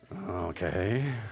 Okay